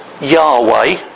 Yahweh